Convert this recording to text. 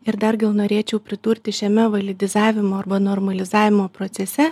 ir dar gal norėčiau pridurti šiame validizavimo arba normalizavimo procese